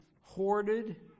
hoarded